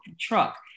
truck